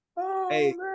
Hey